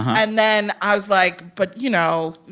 and then i was like, but, you know,